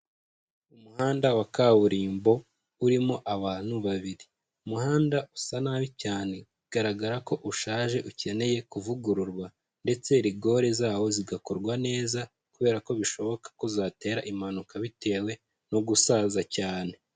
Umuhanda wa kaburimbo urimo abantu babiri. Umuhanda usa nabi cyane bigaragara ko ushaje ukeneye kuvugururwa, ndetse rigore zawo zigakorwa neza, kubera ko bishoboka ko zatera impanuka bitewe no gusaza cyane.